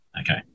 Okay